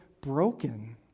broken